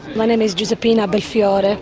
my name is josefina bellfiore,